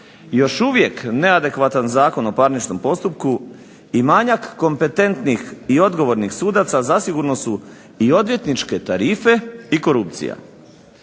još uvijek neadekvatan Zakon o parničnom postupku i manjak kompetentnih i odgovornih sudaca zasigurno su i odvjetničke tarife i korupcija.